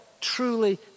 truly